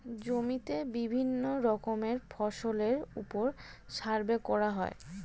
জমিতে বিভিন্ন রকমের ফসলের উপর সার্ভে করা হয়